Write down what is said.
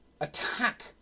attack